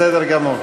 בסדר גמור.